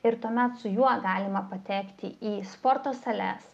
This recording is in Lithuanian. ir tuomet su juo galima patekti į sporto sales